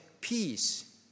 Peace